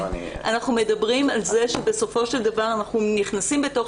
אנחנו מדברים על זה שבסופו של דבר אנחנו נכנסים בתוך